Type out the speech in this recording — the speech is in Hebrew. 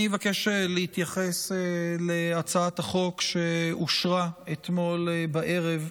אני אבקש להתייחס להצעת החוק שאושרה אתמול בערב,